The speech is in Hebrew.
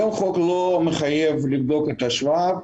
היום החוק לא מחייב לבדוק את השבב,